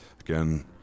again